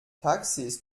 taxis